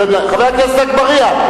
חבר הכנסת אגבאריה.